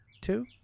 two